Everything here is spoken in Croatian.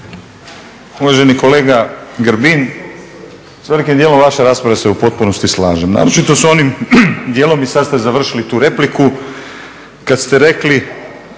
Uvaženi kolega Grbin, s velikim djelom vaše rasprave se u potpunosti slažem, naročito s onim dijelom, i sad ste završili tu repliku kad ste rekli,